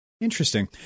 Interesting